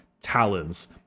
talons